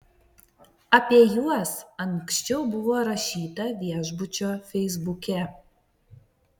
apie juos anksčiau buvo rašyta viešbučio feisbuke